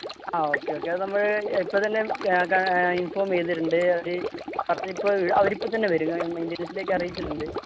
ആ okay okay അത് നമ്മള് ഇപ്പോള്ത്തന്നെ അയയ്ക്കാം ഇന്ഫോമിയ്തിട്ടുണ്ട് പറഞ്ഞിപ്പോള് അവരിപ്പോള്ത്തന്നെ വരും കാര്യം മെയിന്റെനന്സിലേക്ക് അറിയിച്ചിട്ടുണ്ട്